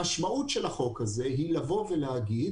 המשמעות של החוק הזה היא לבוא ולהגיד,